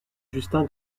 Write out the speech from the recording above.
justin